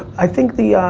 i think the,